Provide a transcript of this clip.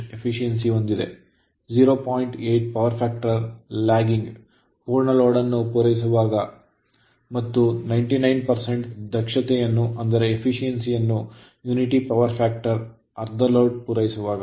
8 power factor lagging ಪೂರ್ಣ load ಅನ್ನು ಪೂರೈಸುವಾಗ ಮತ್ತು 99 ದಕ್ಷತೆಯನ್ನು unity power factor ಅರ್ಧ ಲೋಡ್ ಪೂರೈಸುವಾಗ